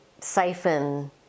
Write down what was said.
siphon